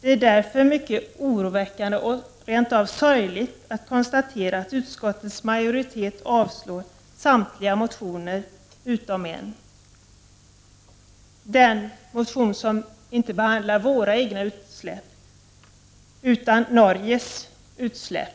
Det är därför mycket oroväckande och rent av sorgligt att behöva konstatera att utskottets majoritet avstyrker samtliga motioner utom en, nämligen den motion som behandlar utsläpp i Norge mot den svenska